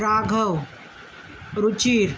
Raghav Ruchir